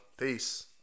Peace